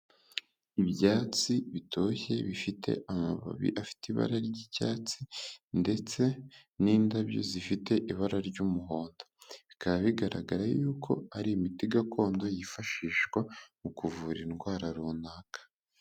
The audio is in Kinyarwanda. Ibyatsi bitoshye bifite amababi afite ibara ry'icyatsi ndetse n'indabyo zifite ibara ry'umuhondo, bikaba bigaragara yuko ari imiti gakondo yifashishwa mu kuvura indwara runaka.